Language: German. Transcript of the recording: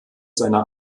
seiner